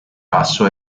passo